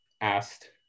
asked